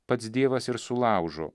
pats dievas ir sulaužo